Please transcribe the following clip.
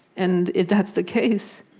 and if that's the case,